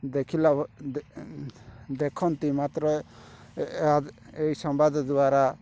ଦେଖିଲା ଦେଖନ୍ତି ମାତ୍ର ଏଇ ସମ୍ବାଦ ଦ୍ଵାରା